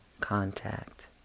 contact